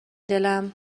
دلم